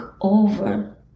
over